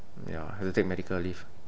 ya have to take medical leave